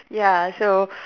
ya so